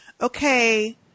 okay